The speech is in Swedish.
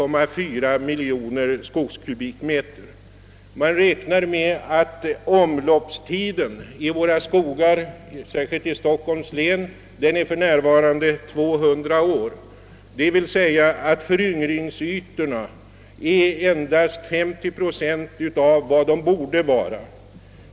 Man räknar emellertid med att omloppstiden i skogarna, särskilt i Stockholms län, för närvarande är 200 år, och de nämnda siffrorna innebär att föryngringsytorna där nu bara utgör 50 procent av vad de borde vara.